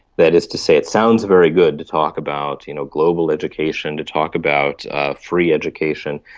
that is to say, it sounds very good to talk about you know global education, to talk about free education.